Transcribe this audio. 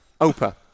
Opa